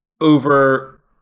over